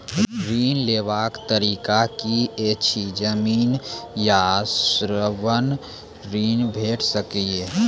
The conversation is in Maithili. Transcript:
ऋण लेवाक तरीका की ऐछि? जमीन आ स्वर्ण ऋण भेट सकै ये?